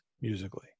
musically